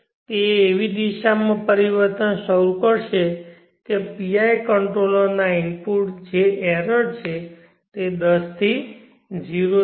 તે એવી દિશામાં પરિવર્તન શરૂ કરશે કે PI કંટ્રોલરના ઇનપુટ જે એરરછે તે 10 થી 0 થશે